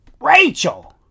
Rachel